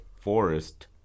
forest